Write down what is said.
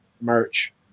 Merch